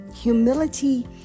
Humility